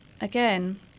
again